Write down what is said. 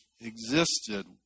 existed